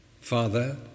Father